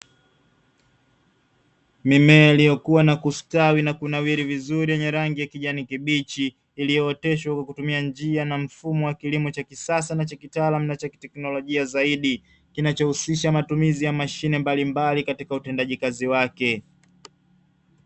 Mimea iliyo kuwa na kustawi na kunawiri vizuri yenye rangi ya kijani kibichi, iliyooteshwa kwa kutumia njia na mfumo wa kilimo cha kisasa na cha kitaalamu na cha kiteknolojia zaidi kinacho husisha matumizi yamashine mbalimbali katika utendaji kazi wake.